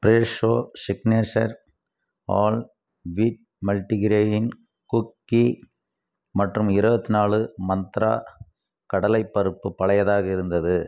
Fresho signature whole wheat multigrain cookie மற்றும் இருபத்தி நாலு மந்த்ரா கடலைப் பருப்பு பழையதாக இருந்தது